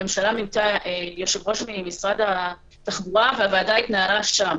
הממשלה מינתה יושב-ראש ממשרד התחבורה והוועדה התנהלה שם,